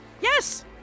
Yes